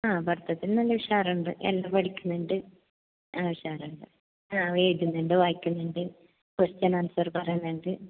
ആ പഠിത്തത്തിൽ നല്ല ഉഷാറുണ്ട് എല്ലാം പഠിക്കുന്നൊണ്ട് ആ ഉഷാറുണ്ട് ആ എഴുതുന്നുണ്ട് വായിക്കുന്നുണ്ട് ക്വസ്റ്റ്യൻ ആൻസർ പറയുന്നുണ്ട്